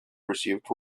received